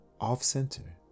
Off-center